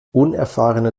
unerfahrene